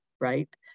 right